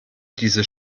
diese